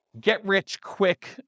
get-rich-quick